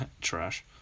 trash